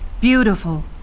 beautiful